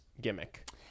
gimmick